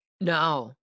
No